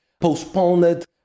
postponed